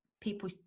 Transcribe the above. people